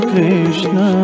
Krishna